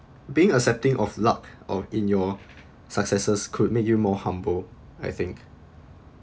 being accepting of luck or in your successes could make you more humble I think